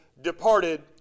departed